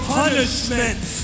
punishment